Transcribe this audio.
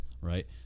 right